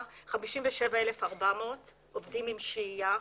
57,400 עובדים חוקיים עם אשרה.